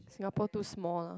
Singapore too small lah